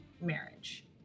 marriage